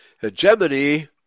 Hegemony